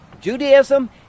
judaism